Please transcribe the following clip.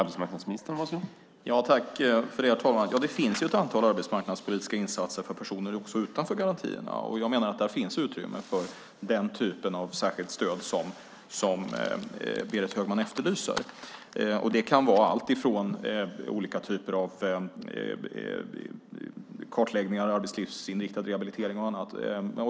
Herr talman! Det finns ett antal arbetsmarknadspolitiska insatser också för personer utanför garantierna. Jag menar att det där finns utrymme för den typen av särskilt stöd som Berit Högman efterlyser. Det kan vara alltifrån olika kartläggningar till arbetslivsinriktad rehabilitering och annat.